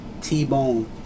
T-Bone